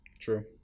true